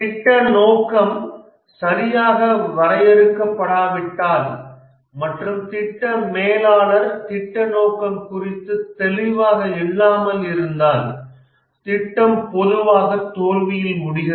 திட்ட நோக்கம் சரியாக வரையறுக்கப்படாவிட்டால் மற்றும் திட்ட மேலாளர் திட்ட நோக்கம் குறித்து தெளிவாக இல்லாமல் இருந்தால் திட்டம் பொதுவாக தோல்வியில் முடிகிறது